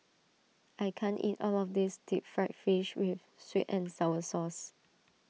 I can't eat all of this Deep Fried Fish with Sweet and Sour Sauce